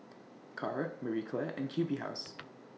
Kara Marie Claire and Q B House